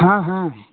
ᱦᱮᱸ ᱦᱮᱸ